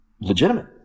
Legitimate